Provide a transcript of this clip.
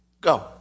Go